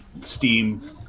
steam